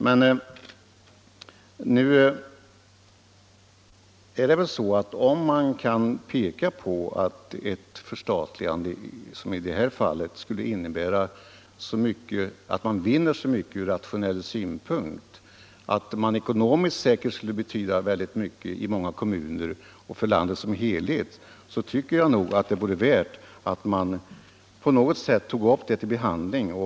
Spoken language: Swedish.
Men om man kan peka på att man, som i det här fallet, skulle vinna så mycket på ett förstatligande ur rationell synpunkt och att det ekonomiskt säkert skulle betyda väldigt mycket för många kommuner och för landet som helhet, så tycker jag att det vore värt att saken tas upp till behandling.